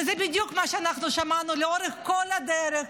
וזה בדיוק מה שאנחנו שמענו לאורך כל הדרך,